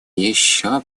еще